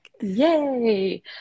yay